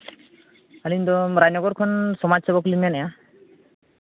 ᱟᱹᱞᱤᱧ ᱫᱚ ᱨᱟᱡᱽᱱᱚᱜᱚᱨ ᱠᱷᱚᱱ ᱥᱚᱢᱟᱡᱽ ᱥᱮᱵᱚᱠ ᱞᱤᱧ ᱢᱮᱱᱮᱫᱼᱟ